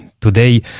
Today